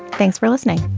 thanks for listening